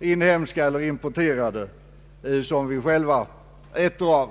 inhemska eller importerade fiskkonserver som vi själva äter.